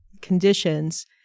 conditions